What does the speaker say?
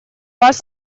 вас